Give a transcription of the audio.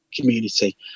community